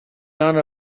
none